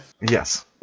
yes